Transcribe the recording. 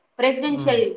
presidential